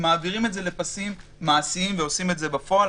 מעבירים את זה לפסים מעשיים ועושים את זה בפועל.